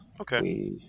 Okay